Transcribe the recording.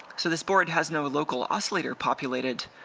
so, this board has no local oscillator populated.